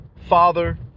father